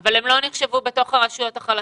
אבל הן לא נחשבו בתוך הרשויות החלשות.